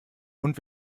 und